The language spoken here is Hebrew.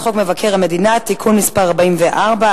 הצעת חוק מבקר המדינה (תיקון מס' 44),